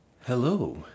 hello